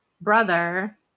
brother